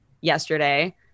yesterday